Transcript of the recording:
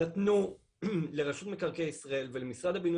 נתנו לרשות מקרקעי ישראל ולמשרד הבינוי